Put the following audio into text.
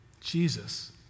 Jesus